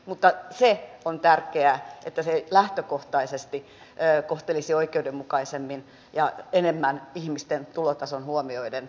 mutta se on tärkeää että se lähtökohtaisesti kohtelisi oikeudenmukaisemmin ja enemmän ihmisten tulotasoa huomioiden